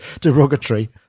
derogatory